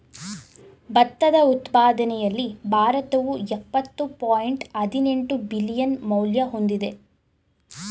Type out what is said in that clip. ಭತ್ತದ ಉತ್ಪಾದನೆಯಲ್ಲಿ ಭಾರತವು ಯಪ್ಪತ್ತು ಪಾಯಿಂಟ್ ಹದಿನೆಂಟು ಬಿಲಿಯನ್ ಮೌಲ್ಯ ಹೊಂದಿದೆ